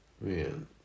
Man